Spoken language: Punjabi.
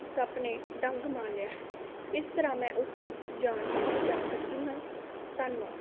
ਸੱਪ ਨੇ ਡੰਗ ਮਾਰ ਲਿਆ ਹੈ ਇਸ ਤਰ੍ਹਾਂ ਮੈਂ ਉਸਦੀ ਜਾਨ ਬਚਾ ਸਕਦੀ ਹਾਂ ਧੰਨਵਾਦ